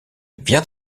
viens